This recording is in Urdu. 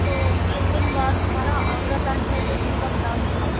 تو تین دِن بعد ہمارا آگرہ تاج محل دیکھنے کا پلان تھا